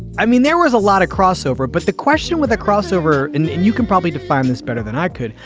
i mean, there was a lot of crossover, but the question with a crossover and you can probably define this better than i could,